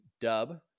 dub